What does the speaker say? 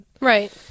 Right